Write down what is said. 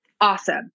awesome